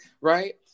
right